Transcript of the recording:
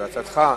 לי יש הצעה אחרת.